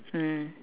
mm